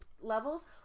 levels